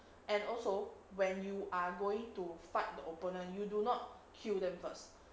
and also when you are going to fight the opponent you do not kill them first